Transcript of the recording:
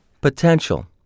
Potential